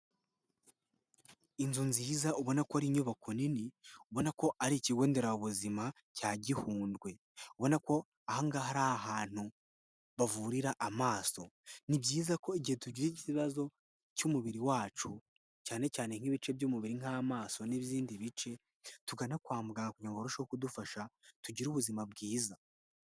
Inzu nziza ubona ko ari inyubako nini ubona ko ari ikigo nderabuzima cya gihundwe ubona ko ahangaha ari ahantu bavurira amaso ni byiza ko igihe tugize ikibazo cy'umubiri wacu cyane cyane nk'ibice by'umubiri nk'amaso n'ibindi bice tugana kwa muganga kugira ngo arusheho kudufasha tugire ubuzima bwiza.